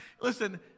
listen